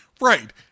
right